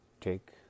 take